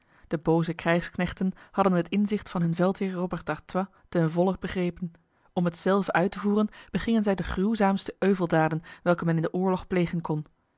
de boze krijgsknechten hadden het inzicht van hun veldheer robert d'artois ten volle begrepen om hetzelve uit te voeren begingen zij de gruwzaamste euveldaden welke men in de oorlog plegen kon